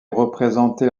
représenté